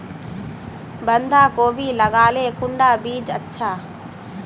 बंधाकोबी लगाले कुंडा बीज अच्छा?